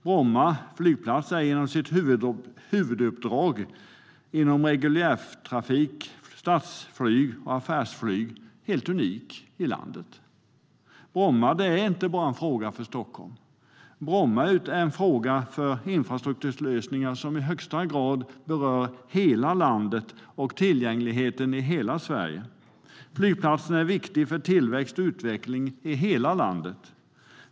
Bromma flygplats är genom sitt huvuduppdrag inom reguljärtrafik, stadsflyg och affärsflyg unik i landet. Bromma flygplats är inte bara en fråga för Stockholm. Det är en infrastrukturlösning som i högsta grad rör tillgängligheten i hela Sverige. Flygplatsen är viktig för tillväxt och utveckling i hela landet.